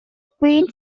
queen